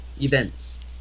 events